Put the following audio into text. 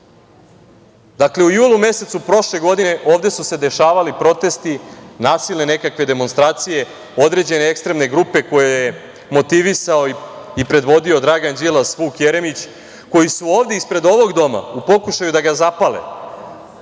dakle, u julu mesecu prošle godine ovde su se dešavali protesti, nasilne nekakve demonstracije određene ekstremne grupe koje je motivisao i predvodio Dragan Đilas, Vuk Jeremić, koji su ovde ispred ovog doma, u pokušaju da ga zapale,